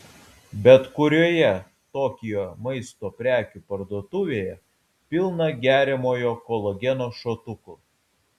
bet kurioje tokijo maisto prekių parduotuvėje pilna geriamojo kolageno šotukų